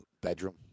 Bedroom